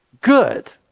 good